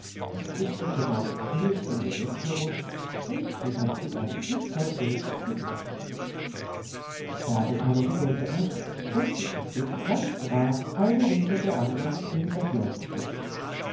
er fuchtelte damit grimmig in der luft herum und schnitt dazu ein bitterböses gesicht da bekamen die gänse angst und sie spazierten ganz brav eine hinter der andern dem bächlein zu